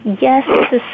Yes